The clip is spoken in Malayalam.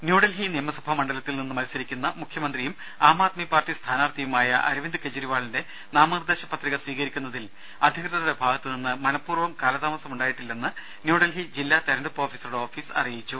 ന്യൂഡൽഹി നിയമസഭാ മണ്ധലത്തിൽ നിന്ന് മത്സരിക്കുന്ന മുഖ്യമന്ത്രിയും ആംആദ്മി പാർട്ടി സ്ഥാനാർത്ഥിയുമായ അരവിന്ദ് കെജ്രിവാളിന്റെ നാമനിർദ്ദേശ പത്രിക സ്വീകരിക്കുന്നതിൽ അധികൃതരുടെ ഭാഗത്തുനിന്ന് മനഃപൂർവ്വം കാലതാമസമുണ്ടാ യിട്ടില്ലെന്ന് ന്യൂഡൽഹി ജില്ലാ തെരഞ്ഞെടുപ്പ് ഓഫീസറുടെ ഓഫീസ് അറിയിച്ചു